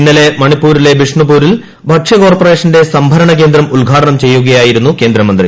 ഇന്നലെ മണിപ്പൂരിലെ ബിഷ്ണുപൂരിൽ ഭക്ഷ്യ കോർപ്പറേഷന്റെ സംഭരണ കേന്ദ്രം ഉദ്ഘാടനം ചെയ്യുകയായിരുന്നു കേന്ദ്രമന്ത്രി